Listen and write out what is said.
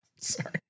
sorry